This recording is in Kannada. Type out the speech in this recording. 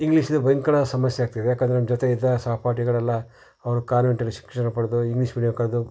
ಇಂಗ್ಲೀಷಿದು ಭಯಂಕರ ಸಮಸ್ಯೆ ಆಗ್ತಿದೆ ಯಾಕಂದ್ರೆ ನಮ್ಮ ಜೊತೆಗಿದ್ದ ಸಹಪಾಠಿಗಳೆಲ್ಲ ಅವ್ರು ಕಾನ್ವೆಂಟಲ್ಲಿ ಶಿಕ್ಷಣ ಪಡೆದು ಇಂಗ್ಲೀಷ್ ಮೀಡ್ಯಂ ಕಲ್ತು